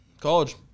college